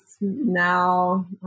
now